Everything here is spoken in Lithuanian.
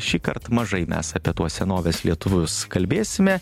šįkart mažai mes apie tuos senovės lietuvius kalbėsime